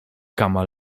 kama